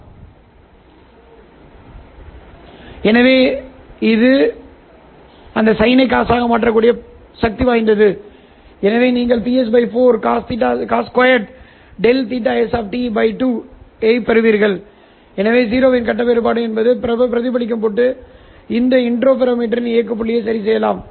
எனவே அது பாவத்தின் இடத்தில் சேர்க்கும் அது அந்த சைனை காஸாக மாற்றும் எனவே நீங்கள் Ps4 cos2∆θs 2 ஐப் பெறுவீர்கள் எனவே 0 இன் கட்ட வேறுபாடு என்பதை பிரதிபலிக்கும் பொருட்டு இந்த இன்டர்ஃபெரோமீட்டரின் இயக்க புள்ளியை சரிசெய்யலாம்